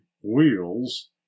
wheels